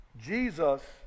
Jesus